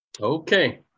Okay